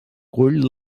cull